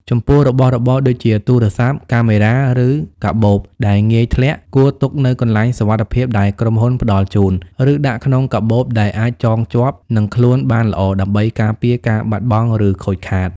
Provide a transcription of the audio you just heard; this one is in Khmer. ចំពោះ របស់របរដូចជាទូរស័ព្ទ កាមេរ៉ា ឬកាបូបដែលងាយធ្លាក់ គួរទុកនៅកន្លែងសុវត្ថិភាពដែលក្រុមហ៊ុនផ្ដល់ជូន ឬដាក់ក្នុងកាបូបដែលអាចចងជាប់នឹងខ្លួនបានល្អដើម្បីការពារការបាត់បង់ឬខូចខាត។